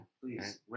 Please